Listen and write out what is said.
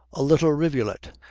a little rivulet,